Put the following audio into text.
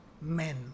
men